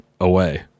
away